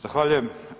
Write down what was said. Zahvaljujem.